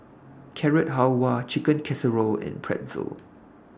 Carrot Halwa Chicken Casserole and Pretzel